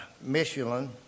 Michelin